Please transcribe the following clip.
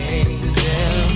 angel